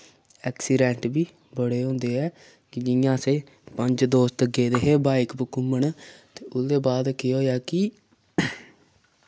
accident बी बड़े होंदे ऐ कि जि'यां अस पंज दोस्त गेदे हे बाइक प घुम्मन ते उ'दे बाद केह् होएआ कि